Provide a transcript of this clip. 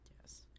Yes